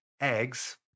eggs